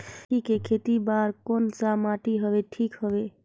मेथी के खेती बार कोन सा माटी हवे ठीक हवे?